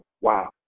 Wow